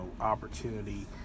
opportunity